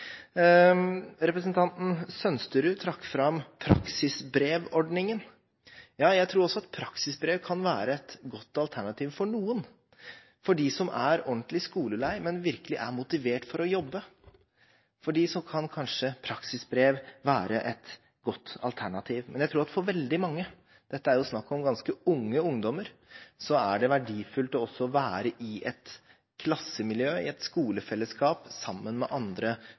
Representanten Sønsterud trakk fram praksisbrevordningen. Jeg tror også at praksisbrev kan være et godt alternativ for noen, for dem som er ordentlig skolelei, men virkelig motivert for å jobbe. For dem kan kanskje praksisbrev være et godt alternativ. Men jeg tror at for veldig mange – her er det jo snakk om ganske unge ungdommer – så er det verdifullt å være i et klassemiljø, i et skolefellesskap, sammen med andre